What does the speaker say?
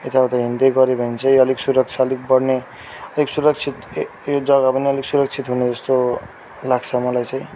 यताउता हिँड्दै गऱ्यो भने चाहिँ अलिक सुरक्षा अलिक बड्ने अलिक सुरक्षित ए ए जग्गा पनि अलिक सुरक्षित हुने जस्तो लाग्छ मलाई चाहिँ